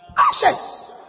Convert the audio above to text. Ashes